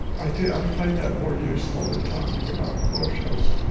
i think i find that more useful than talking about koshas.